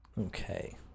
Okay